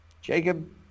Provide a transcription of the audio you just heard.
Jacob